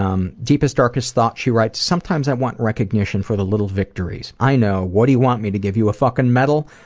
um, deepest, darkest thoughts, she writes, sometimes i want recognition for the little victories. i know, what do you want me to give you a fucking medal?